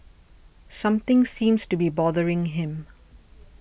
something seems to be bothering him